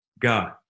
God